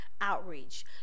outreach